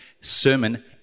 sermon